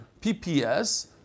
PPS